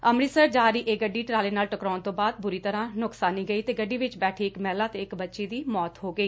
ਅੰਮ੍ਰਿਤਸਰ ਜਾ ਰਹੀ ਇਹ ਗੱਡੀ ਟਰਾਲੇ ਨਾਲ ਟਕਰਾਉਣ ਤੋਂ ਬਾਅਦ ਬੁਰੀ ਤਰ੍ਹਾਂ ਨੁਕਸਾਨੀ ਗਈ ਤੇ ਗੱਡੀ ਵਿਚ ਬੈਠੀ ਇਕ ਮਹਿਲਾ ਤੇ ਇਕ ਬੱਚੀ ਦੀ ਮੌਤ ਹੋ ਗਈ